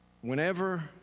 Whenever